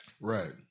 Right